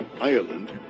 Ireland